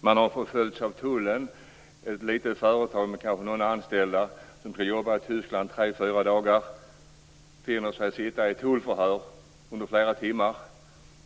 Man har förföljts av tullen. Några anställda från ett litet företag som skulle jobba i Tyskland tre fyra dagar fick sitta i tullförhör under flera timmar.